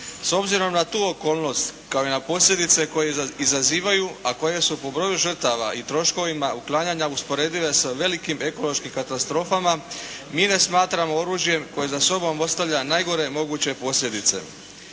S obzirom na tu okolnost kao i na posljedice koje izazivaju, a koje su po broju žrtava i troškovima uklanjanja usporedive sa velikim ekološkim katastrofama, mine smatramo oružjem koje za sobom ostavlja najgore moguće posljedice.